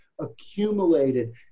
accumulated